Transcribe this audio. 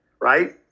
right